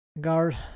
guard